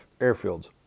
airfields